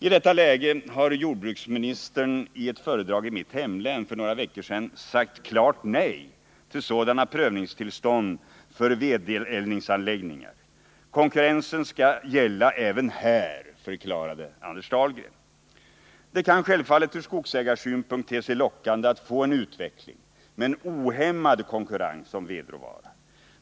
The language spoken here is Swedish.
I detta läge har jordbruksministern i ett föredrag i mitt hemlän för några veckor sedan sagt klart nej till sådana prövningstillstånd för vedeldningsanläggningar. Konkurrensen skall gälla även här, förklarade Anders Dahlgren. Det kan självfallet ur skogsägarsynpunkt te sig lockande att få en utveckling med en ohämmad konkurrens om vedråvara.